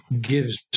gives